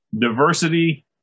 diversity